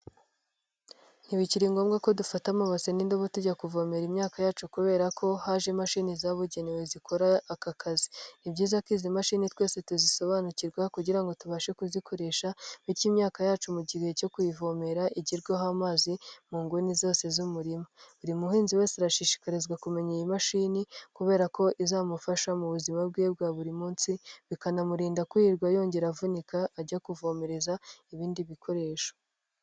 Ntibikiri ngombwa ko dufata amase n'indobo tujya kuvomera imyaka yacu, kubera ko haje imashini zabugenewe zikora aka kazi. Ni byiza ko izi mashini twese tuzisobanukirwa, kugira ngo tubashe kuzikoresha, bityo imyaka yacu mu gihe cyo kuyivomerera igerweho n'amazi mu nguni zose z'umurima. Buri muhinzi wese arashishikarizwa kumenya iyi mashini, kubera ko izamufasha mu buzima bwe bwa buri munsi, bikanamurinda kwirirwa yongera avunika, ajya kuvomerereza ibindi bikoresho.